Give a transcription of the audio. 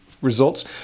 results